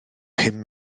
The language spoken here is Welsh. pum